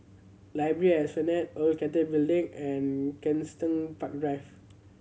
library at Esplanade Old Cathay Building and Kensington Park Drive